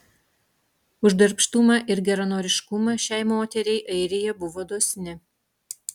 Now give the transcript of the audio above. už darbštumą ir geranoriškumą šiai moteriai airija buvo dosni